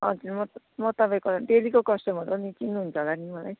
हजुर म त म तपाईँको डेलीको कस्टमर हो नि चिन्नु हुन्छ होला नि मलाई